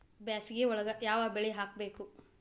ಬ್ಯಾಸಗಿ ಒಳಗ ಯಾವ ಬೆಳಿ ಹಾಕಬೇಕು?